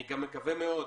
אני גם מקווה מאוד